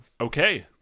okay